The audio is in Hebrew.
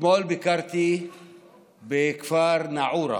אתמול ביקרתי בכפר נעורה,